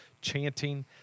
chanting